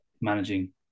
managing